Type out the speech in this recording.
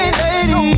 lady